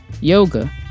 yoga